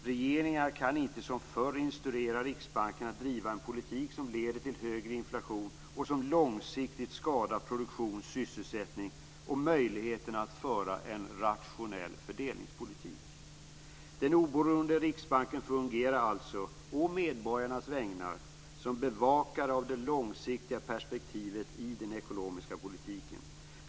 Regeringar kan inte som förr instruera Riksbanken att driva en politik som leder till högre inflation och som långsiktigt skadar produktion, sysselsättning och möjligheterna att föra en rationell fördelningspolitik. Den oberoende riksbanken fungerar alltså, å medborgarnas vägnar, som bevakare av det långsiktiga perspektivet i den ekonomiska politiken.